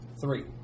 Three